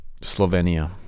Slovenia